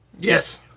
Yes